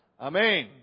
Amen